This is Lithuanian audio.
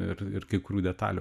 ir ir kai kurių detalių